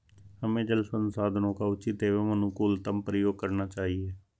हमें जल संसाधनों का उचित एवं अनुकूलतम प्रयोग करना चाहिए